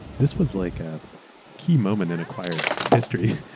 this was like a key moment in acquired history.